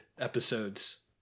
episodes